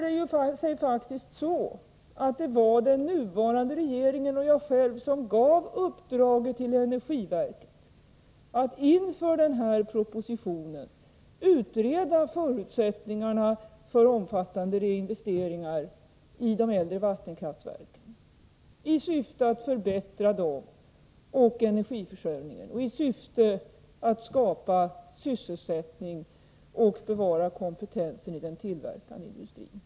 Det var faktiskt den nuvarande regeringen och jag själv som gav uppdraget till energiverket att inför den nu aktuella propositionen utreda förutsättningarna för omfattande reinvesteringar i de äldre vattenkraftverken i syfte att förbättra dem och energiförsörjningen och i syfte att skapa sysselsättning samt bevara kompetensen i den tillverkande industrin.